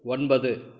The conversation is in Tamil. ஒன்பது